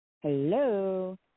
Hello